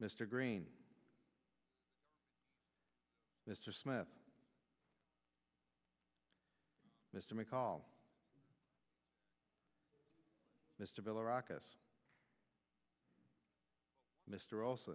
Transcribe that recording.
mr green mr smith mr mccall mr bell rock us mr olso